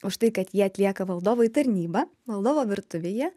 už tai kad jie atlieka valdovui tarnybą valdovo virtuvėje